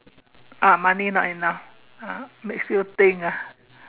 uh money not enough ah makes you think ah